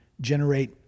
generate